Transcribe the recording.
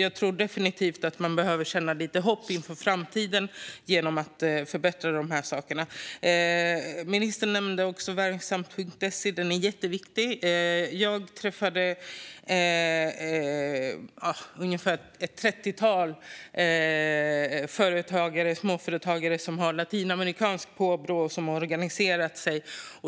Jag tror definitivt att man behöver ge lite hopp inför framtiden genom att förbättra de här sakerna. Ministern nämnde också portalen Verksamt.se. Den är jätteviktig. Jag träffade ett trettiotal småföretagare med latinamerikanskt påbrå som har organiserat sig.